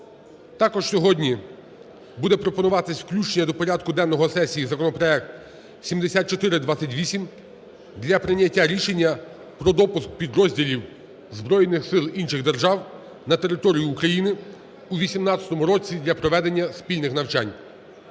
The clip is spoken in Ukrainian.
Також сьогодні буде пропонуватись включення до порядку денного сесії законопроекту 7428 для прийняття рішення про допуск підрозділів збройних сил інших держав на територію України у 18-му році для проведення спільних навчань.